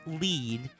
lead